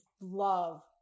love